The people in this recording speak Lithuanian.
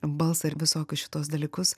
balsą ir visokius šituos dalykus